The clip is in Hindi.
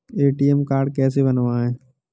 ए.टी.एम कार्ड कैसे बनवाएँ?